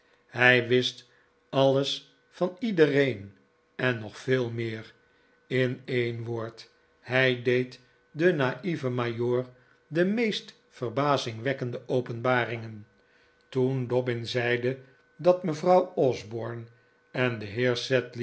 hij wist alles van iedereen en nog veel meer in een woord hij deed den naieven majoor de meest verbazingwekkende openbaringen toen dobbin zeide dat mevrouw osborne en de